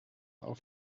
auf